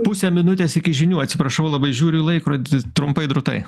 pusė minutės iki žinių atsiprašau labai žiūriu į laikrodį trumpai drūtai